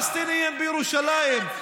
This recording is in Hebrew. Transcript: בין אם זה בבתי החולים הפלסטיניים בירושלים.